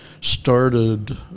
started